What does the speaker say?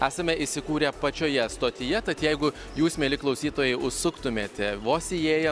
esame įsikūrę pačioje stotyje tad jeigu jūs mieli klausytojai užsuktumėte vos įėję